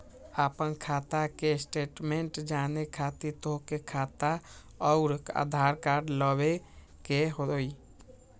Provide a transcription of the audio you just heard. आपन खाता के स्टेटमेंट जाने खातिर तोहके खाता अऊर आधार कार्ड लबे के होइ?